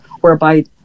whereby